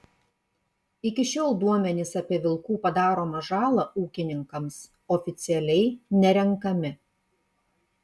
iki šiol duomenys apie vilkų padaromą žalą ūkininkams oficialiai nerenkami